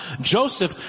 Joseph